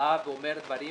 שבא ואומר דברים